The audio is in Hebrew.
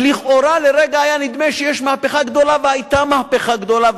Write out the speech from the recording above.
ולכאורה לרגע היה נדמה שיש מהפכה גדולה,